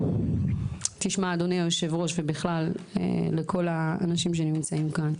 אדוני היו"ר ובכלל לכל האנשים שנמצאים כאן,